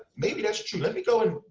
maybe that's true. let me go and